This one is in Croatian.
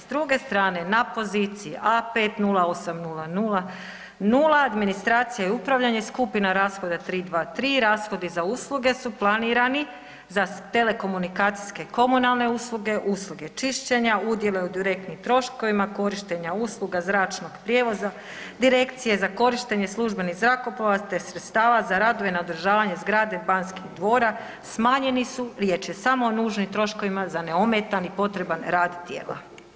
S druge strane na poziciji A508000 administracija i upravljanje skupina rashoda 323 rashodi za usluge su planirani za telekomunikacijske komunalne usluge, usluge čišćenja, udjele u direktnim troškovima, korištenja usluga zračnog prijevoza, direkcije za korištenje službenih zrakoplova te sredstava za radove na održavanju zgrade Banskih dvora smanjeni su jer će samo nužnim troškovima za neometan i potreban rad tijela.